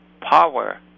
power